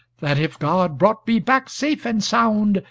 that if god brought me back safe and sound,